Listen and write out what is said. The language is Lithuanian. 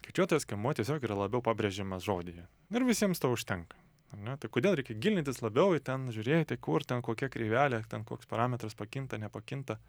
kirčiuotas skiemuo tiesiog yra labiau pabrėžiamas žodyje nu ir visiems to užtenka ar ne tai kodėl reikia gilintis labiau į ten žiūrėti kur ten kokia kreivelė ar ten koks parametras pakinta nepakinta